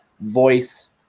voice